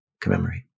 commemorate